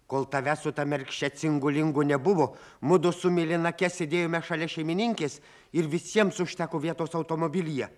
kol tavęs su ta mergše cingu lingu nebuvo mudu su mėlynake sėdėjome šalia šeimininkės ir visiems užteko vietos automobilyje